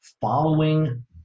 following